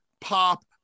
pop